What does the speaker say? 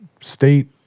state